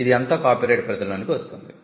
ఇది అంత కాపీరైట్ పరిధి లోనికి వస్తుంది